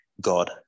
God